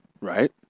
right